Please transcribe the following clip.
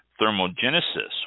thermogenesis